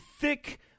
thick